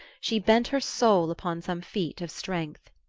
she bent her soul upon some feat of strength.